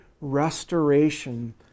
restoration